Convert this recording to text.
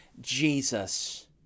Jesus